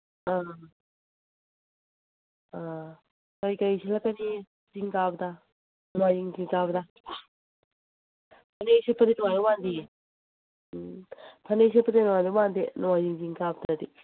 ꯑ ꯑ ꯀꯩ ꯀꯩ ꯁꯦꯠꯂꯛꯀꯅꯤ ꯆꯤꯡ ꯀꯥꯕꯗ ꯅꯣꯡꯃꯥꯏꯖꯤꯡ ꯆꯤꯡ ꯀꯥꯕꯗ ꯐꯅꯦꯛ ꯁꯦꯠꯄꯗꯤ ꯅꯨꯡꯉꯥꯏꯗꯧ ꯃꯥꯟꯗꯦꯌꯦ ꯎꯝ ꯐꯅꯦꯛ ꯁꯦꯠꯄꯗꯤ ꯅꯨꯡꯉꯥꯏꯗꯧ ꯃꯥꯟꯗꯦ ꯅꯣꯡꯃꯥꯏꯖꯤꯡ ꯆꯤꯡ ꯀꯥꯕꯗꯗꯤ